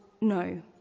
no